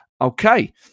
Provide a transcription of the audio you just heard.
Okay